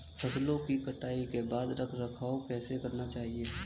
फसलों की कटाई के बाद रख रखाव कैसे करना चाहिये?